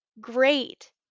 Great